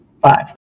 Five